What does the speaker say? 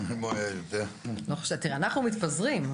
אנחנו מתפזרים.